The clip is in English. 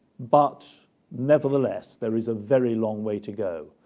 but nevertheless, there is a very long way to go.